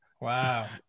wow